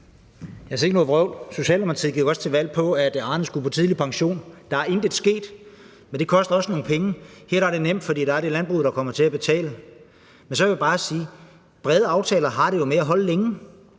(DF): Sikke noget vrøvl. Socialdemokratiet gik også til valg på, at Arne skulle på tidlig pension. Der er intet sket, men det koster også nogle penge. Her er det nemt, for her er det landbruget, der kommer til at betale. Men så vil jeg bare sige: Brede aftaler har det jo med at holde længe.